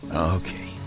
Okay